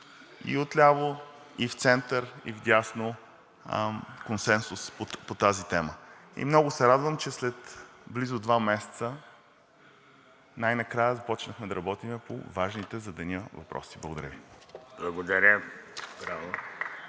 и отляво, и в център, и вдясно консенсус по тази тема. И много се радвам, че след близо два месеца най-накрая започнахме да работим по важните за деня въпроси. Благодаря Ви. (Единични